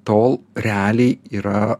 tol realiai yra